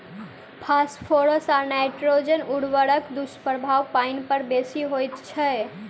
phosphorus आ nitrogen उर्वरकक दुष्प्रभाव पाइन पर बेसी होइत छै